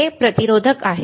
हे प्रतिरोधक आहेत